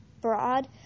broad